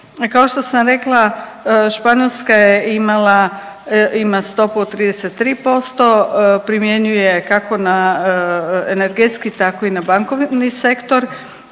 Kao što sam rekla Španjolska je imala, ima stopu od 33%. Primjenjuje kako na energetski, tako i na bankovni sektor.